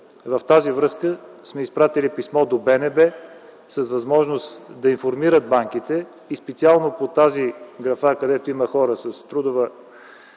с това сме изпратили писмо до БНБ с възможност да информират банките и специално по тази графа, където има хора с